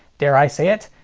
dare i say it,